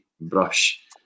brush